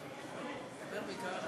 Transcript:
ויתרת על